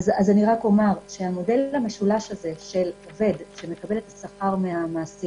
אני רק אומר שהמודל המשולש של עובד שמקבל את השכר מהמעסיק